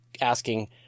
asking